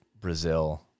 Brazil